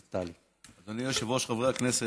אדוני היושב-ראש, חברי הכנסת,